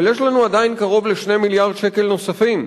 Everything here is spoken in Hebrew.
אבל יש לנו עדיין קרוב ל-2 מיליארד שקל נוספים.